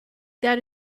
that